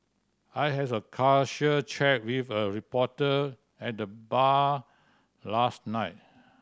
I has a casual chat with a reporter at the bar last night